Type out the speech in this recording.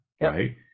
right